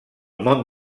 món